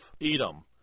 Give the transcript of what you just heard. Edom